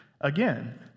Again